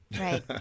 Right